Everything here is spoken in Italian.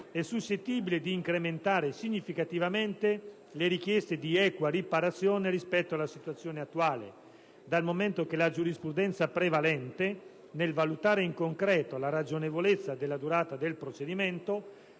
è suscettibile di incrementare significativamente le richieste di equa riparazione rispetto alla situazione attuale, dal momento che la giurisprudenza prevalente, nel valutare in concreto la ragionevolezza della durata del procedimento,